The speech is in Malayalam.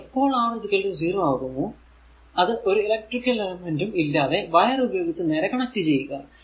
ഇനി എപ്പോൾ R 0 ആകുമോ ഇത് ഒരു എലെക്ട്രിക്കൽ എലെമെന്റും ഇല്ലാതെ വയർ ഉപയോഗിച്ച് നേരെ കണക്ട് ചെയ്യുക